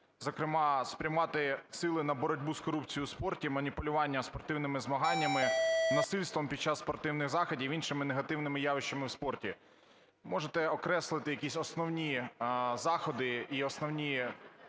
зокрема, спрямувати сили на боротьбу з корупцією у спорті, маніпулювання спортивними змаганнями, насильство під час спортивних заходів, інші негативні явища у спорті. Можете окреслити якісь основні заходи і основні